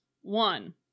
One